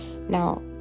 Now